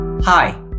Hi